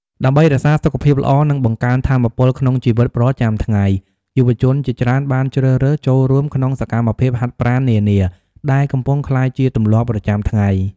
ដើម្បីរក្សាសុខភាពល្អ និងបង្កើនថាមពលក្នុងជីវិតប្រចាំថ្ងៃ យុវជនជាច្រើនបានជ្រើសរើសចូលរួមក្នុងសកម្មភាពហាត់ប្រាណនានា ដែលកំពុងក្លាយជាទម្លាប់ប្រចាំថ្ងៃ។